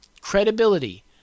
credibility